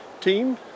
team